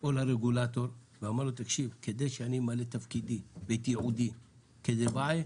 או לרגולטור ואמר לו: כדי שאני אמלא את תפקידי ואת ייעודי כדבעי,